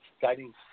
guiding